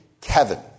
Kevin